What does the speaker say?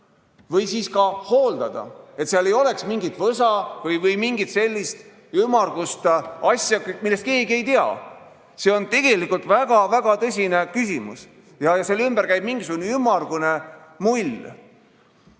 tuleb ka hooldada, et seal ei oleks mingit võsa või mingit sellist ümmargust asja, millest keegi ei tea. See on tegelikult väga-väga tõsine küsimus, aga selle ümber käib mingisugune ümmargune